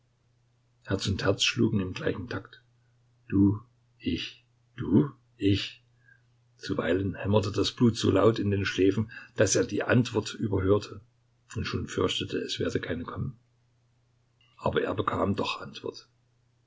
und herz schlugen im gleichen takt du ich du ich zuweilen hämmerte das blut so laut in den schläfen daß er die antwort überhörte und schon fürchtete es werde keine kommen aber er bekam doch antwort